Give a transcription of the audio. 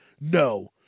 No